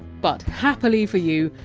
but, happily for you!